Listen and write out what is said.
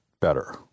better